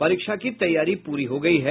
परीक्षा के तैयारी पूरी हो गयी है